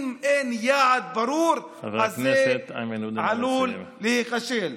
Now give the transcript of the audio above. אם אין יעד ברור, זה עלול להיכשל.